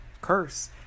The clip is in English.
curse